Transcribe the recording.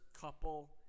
couple